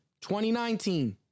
2019